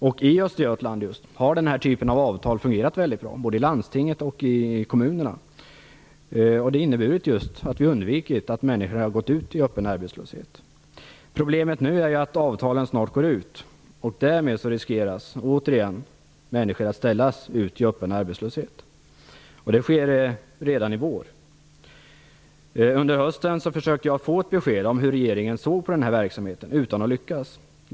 I just Östergötland har denna typ av avtal fungerat väldigt bra både i landstinget och i kommunerna. Det har inneburit att vi undvikit just att människor gått ut i öppen arbetslöshet. Problemet nu är att avtalen snart går ut. Därmed riskerar människor återigen att hamna i öppen arbetslöshet, och det gäller redan denna vår. Under hösten försökte jag få ett besked om hur regeringen såg på denna verksamhet, utan att lyckas.